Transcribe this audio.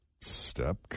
step